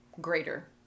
greater